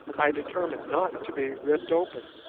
i determined not to be ripped open.